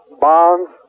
bonds